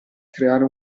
creare